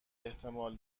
احتمال